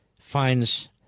finds